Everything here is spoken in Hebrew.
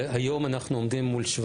והיום אנחנו עומדים מול 17